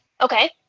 Okay